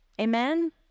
Amen